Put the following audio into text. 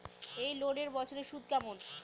এই লোনের বছরে সুদ কেমন?